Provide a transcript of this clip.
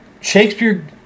Shakespeare